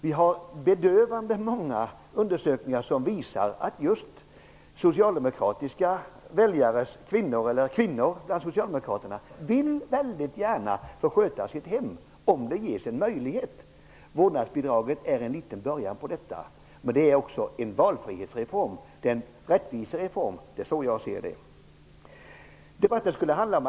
Vi har bedövande många undersökningar som visar att socialdemokratiska kvinnor väldigt gärna vill sköta sitt hem om de ges en möjlighet till det. Vårdnadsbidraget är en liten början på detta. Det är också en valfrihetsreform och en rättvisereform. Det är så jag ser det.